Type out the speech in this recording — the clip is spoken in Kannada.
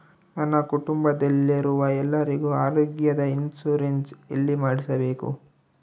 ನನ್ನ ಕುಟುಂಬದಲ್ಲಿರುವ ಎಲ್ಲರಿಗೂ ಆರೋಗ್ಯದ ಇನ್ಶೂರೆನ್ಸ್ ಎಲ್ಲಿ ಮಾಡಿಸಬೇಕು?